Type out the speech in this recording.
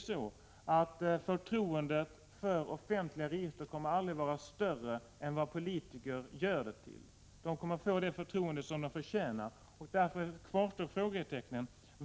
Förtroendet för offentliga register kommer aldrig att vara större än vad politiker gör det till. Registren kommer att få det förtroende de förtjänar, och därför kvarstår frågetecknen.